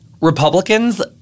Republicans –